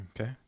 Okay